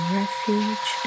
refuge